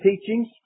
teachings